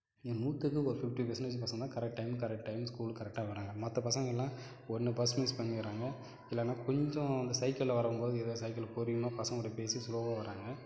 இங்கே நூற்றுக்கு ஒரு ஃபிஃப்டி பர்சென்டேஜ் பசங்கள் தான் கரெக்ட் டைம்க்கு கரெக்ட் டைம்க்கு ஸ்கூலுக்கு கரெக்டாக வர்றாங்க மற்ற பசங்கெளெல்லாம் ஒன்று பஸ் மிஸ் பண்ணிடறாங்க இல்லைன்னா கொஞ்சம் அந்த சைக்கிளில் வரும்போது ஏதோ சைக்கிள் பொறுமையாக பசங்களோடு பேசி ஸ்லோவாக வர்றாங்க